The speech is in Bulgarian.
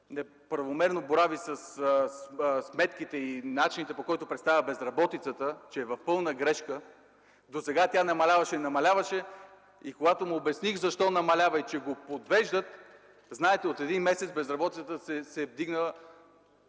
неправомерно борави със сметките и, че начините, по които представя безработицата, е в пълна грешка. Досега тя намаляваше и намаляваше, но когато му обясних защо намалява и че го подвеждат, знаете, от един месец безработицата се вдигна